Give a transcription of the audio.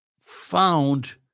found